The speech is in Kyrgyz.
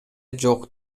жок